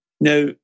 Now